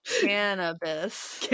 Cannabis